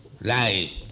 life